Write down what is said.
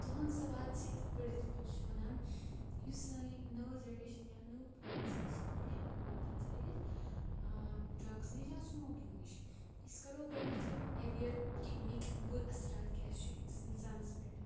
تُہُنٛد سوال چھِ یَتھ پٲٹھۍ زِ تُہۍ چھُو وَنان یُس سٲنۍ نٔو جَنریشَن یا نٔو پود چھِ أسۍ کِتھ پٲٹھۍ ہٮ۪کہون یہِ بَچٲوِتھ ڈرٛگٕز نِش یا سموکِنٛگ نِش أسۍ کَرو گۄدنٮ۪تھ یِم اٮ۪وِیَر کہِ اَمِکۍ بُرٕ اثرات کیٛاہ چھِ أکِس اِنسانَس پٮ۪ٹھ